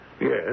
Yes